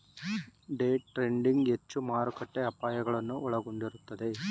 day trading ಹೆಚ್ಚು ಮಾರುಕಟ್ಟೆಯ ಅಪಾಯಗಳನ್ನು ಒಳಗೊಂಡಿರುತ್ತದೆ